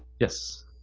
yes?